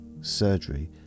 surgery